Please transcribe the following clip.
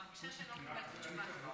אני מרגישה שלא קיבלתי תשובה.